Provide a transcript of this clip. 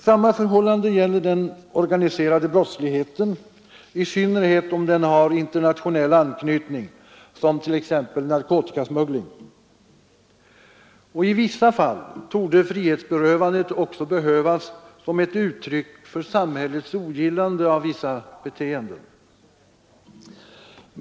Samma förhållande gäller den organiserade brottsligheten, i synnerhet om den har internationell anknytning, som t.ex. narkotikasmuggling. I vissa fall torde frihetsberövandet också behövas som ett uttryck för samhällets ogillande av vissa beteenden.